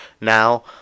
now